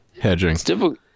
Hedging